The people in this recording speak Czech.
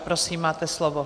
Prosím, máte slovo.